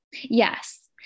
Yes